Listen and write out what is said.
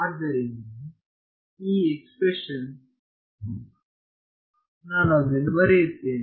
ಆದ್ದರಿಂದ ಈ ಎಕ್ಸ್ಪ್ರೆಶನ್ ನಾನು ಅದನ್ನು ಬರೆಯುತ್ತೇನೆ